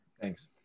Thanks